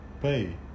pay